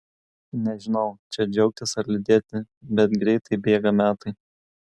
nežinau čia džiaugtis ar liūdėti bet greitai bėga metai